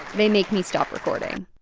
they make me stop recording.